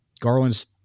Garland's